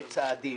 צעדים,